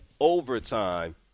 overtime